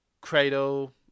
cradle